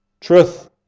truth